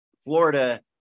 Florida